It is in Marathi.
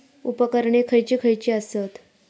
उपकरणे खैयची खैयची आसत?